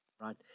right